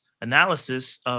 analysis